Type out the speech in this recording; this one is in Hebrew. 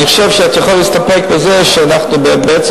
אני חושב שאת יכולה להסתפק בזה שאנחנו בעצם